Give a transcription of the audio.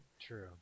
True